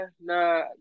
nah